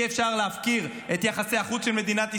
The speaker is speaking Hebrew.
אי-אפשר להפקיר את יחסי החוץ של מדינת ישראל,